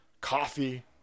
coffee